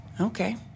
Okay